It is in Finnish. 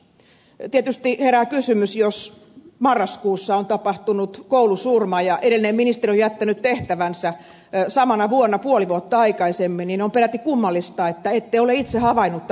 tietysti herää kysymys että jos marraskuussa on tapahtunut koulusurma ja edellinen ministeri on jättänyt tehtävänsä samana vuonna puoli vuotta aikaisemmin niin on peräti kummallista että ette ole itse havainnut tätä asiaa